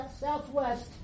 Southwest